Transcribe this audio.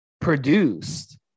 produced